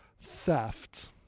theft